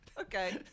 okay